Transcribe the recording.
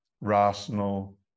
rational